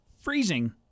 freezing